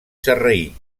sarraí